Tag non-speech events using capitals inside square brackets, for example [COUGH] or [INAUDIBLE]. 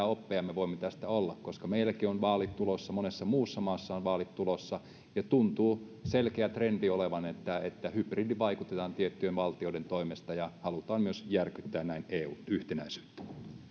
[UNINTELLIGIBLE] oppeja me voimme tästä saada koska meilläkin on vaalit tulossa ja monessa muussa maassa on vaalit tulossa ja selkeä trendi tuntuu olevan että että hybridivaikutetaan tiettyjen valtioiden toimesta ja halutaan myös järkyttää näin eun yhtenäisyyttä